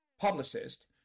publicist